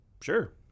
Sure